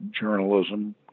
Journalism